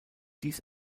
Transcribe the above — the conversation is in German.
dies